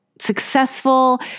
successful